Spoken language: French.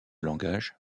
langage